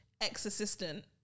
ex-assistant